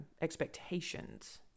expectations